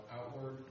outward